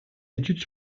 études